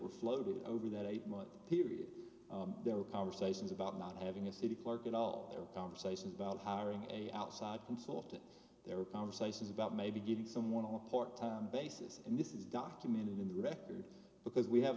were floated over that eight month period there were conversations about not having a city clerk at all there were conversations about hiring a outside consultant there were conversations about maybe giving someone a part time basis and this is documented in the record because we have